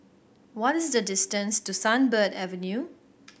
what is the distance to Sunbird Avenue